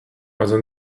also